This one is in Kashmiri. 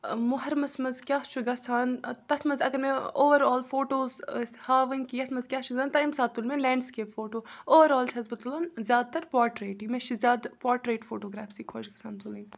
محرمَس منٛز کیاہ چھُ گَژھان تَتھ منٛز اگر مےٚ اوٚوَرآل فوٹوز ٲسۍ ہاوٕنۍ کہِ یَتھ منٛز کیاہ چھُ گَژھان تَمہِ ساتہٕ تُل مےٚ لینٛڈسکیپ فوٹو اوٚوَرآل چھَس بہٕ تُلان زیادٕ تَر پاٹریٹٕے مےٚ چھِ زیادٕ پاٹریٹ فوٹوگرافسٕے خۄش گَژھان تُلٕنۍ